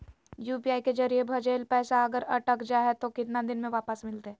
UPI के जरिए भजेल पैसा अगर अटक जा है तो कितना दिन में वापस मिलते?